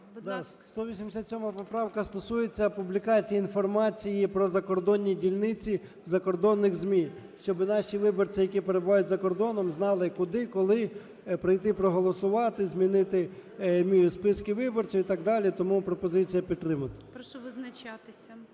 187 поправка стосується публікації інформації про закордонні дільниці в закордонних ЗМІ, щоб наші виборці, які перебувають за кордоном знали куди, коли прийти проголосувати, змінити списки виборців і так далі. Тому пропозиція підтримати. ГОЛОВУЮЧИЙ. Прошу визначатися.